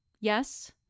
yes